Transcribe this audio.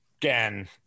Again